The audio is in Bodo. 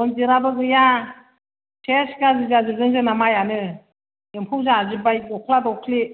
रन्जितआबो गैया सेस गाज्रि जाजोबदों जोंना माइआनो एम्फौ जाजोबबाय दख्ला दख्लि